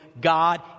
God